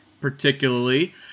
particularly